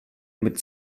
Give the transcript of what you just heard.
mit